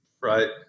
right